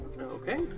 Okay